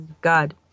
God